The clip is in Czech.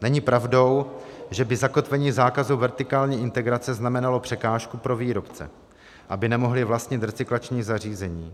Není pravdou, že by zakotvení zákazu vertikální integrace znamenalo překážku pro výrobce, aby nemohli vlastnit recyklační zařízení.